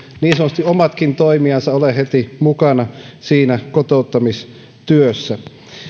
niin sanotusti omatkin toimijansa ole heti mukana siinä kotouttamistyössä